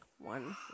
one